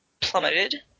plummeted